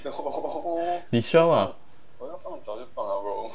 你 show ah